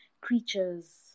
creatures